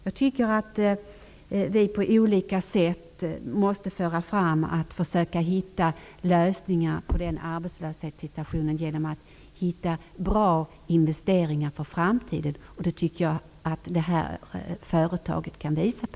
Vi måste på olika sätt försöka hitta lösningar på den arbetslöshetssituation som råder genom att finna bra investeringar för framtiden. Det tycker jag det här företaget påvisar.